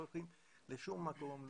לא הולכים לשום מקום,